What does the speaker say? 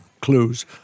clues